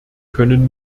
können